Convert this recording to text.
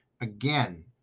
Again